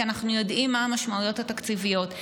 כי אנחנו יודעים מה המשמעויות התקציביות,